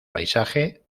paisaje